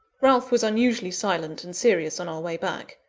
ralph was unusually silent and serious on our way back.